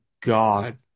God